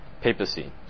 Papacy